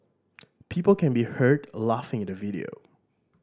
people can be heard a laughing in the video